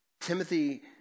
Timothy